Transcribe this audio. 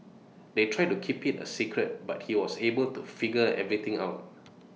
they tried to keep IT A secret but he was able to figure everything out